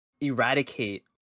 eradicate